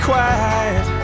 quiet